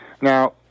Now